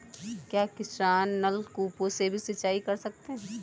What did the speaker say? क्या किसान नल कूपों से भी सिंचाई कर सकते हैं?